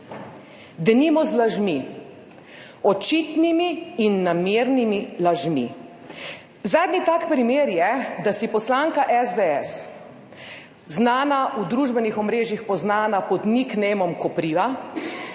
Denimo z lažmi, očitnimi in namernimi lažmi. Zadnji tak primer je, da si poslanka SDS, znana, v družbenih omrežjih poznana pod nicknameom Kopriva,